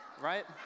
Right